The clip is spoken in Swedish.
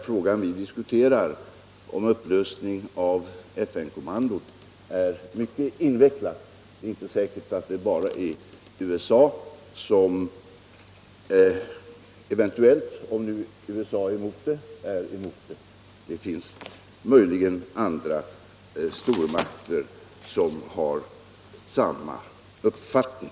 ; Frågan om upplösning av FN-kommandot är mycket invecklad. Och det är inte säkert att det bara är USA som är emot en sådan upplösning - om USA nu är emot det förslaget — utan det finns möjligen också andra stormakter som har samma uppfattning.